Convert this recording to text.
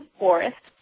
forest